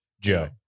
Joe